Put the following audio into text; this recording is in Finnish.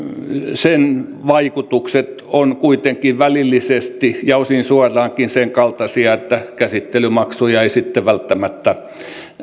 sen vaikutukset ovat kuitenkin välillisesti ja osin suoraankin sen kaltaisia että käsittelymaksuja ei sitten välttämättä